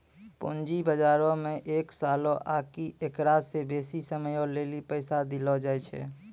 पूंजी बजारो मे एक सालो आकि एकरा से बेसी समयो लेली पैसा देलो जाय छै